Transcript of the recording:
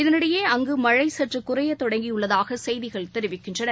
இதற்கிடையே மழை அங்கு சற்று குறையத் தொடங்கியுள்ளதாக செய்திகள் தெரிவிக்கின்றன